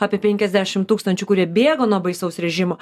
apie penkiasdešim tūkstančių kurie bėgo nuo baisaus režimo